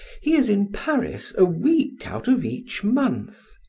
he is in paris a week out of each month.